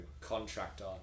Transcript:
contractor